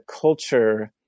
culture